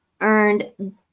earned